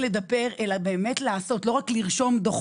בתוך בתי